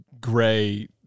gray